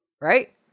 right